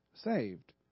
saved